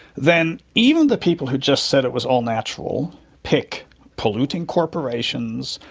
then even the people who just said it was all natural pick polluting corporations,